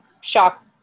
shock